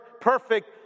perfect